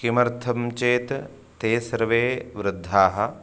किमर्थं चेत् ते सर्वे वृद्धाः